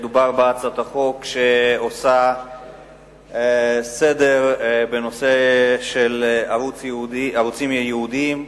מדובר בהצעת חוק שעושה סדר בנושא של הערוצים הייעודיים,